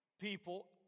people